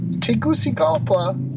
Tegucigalpa